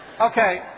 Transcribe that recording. Okay